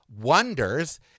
wonders